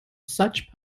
such